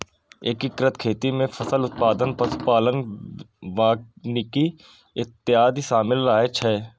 एकीकृत खेती मे फसल उत्पादन, पशु पालन, वानिकी इत्यादि शामिल रहै छै